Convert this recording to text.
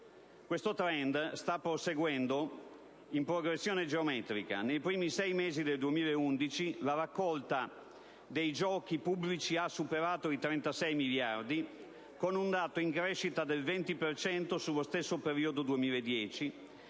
Questo *trend* sta proseguendo in progressione geometrica. Nei primi sei mesi del 2011 la raccolta dei giochi pubblici ha superato i 36 miliardi, con un dato in crescita del 20 per cento rispetto